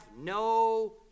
no